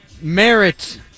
merit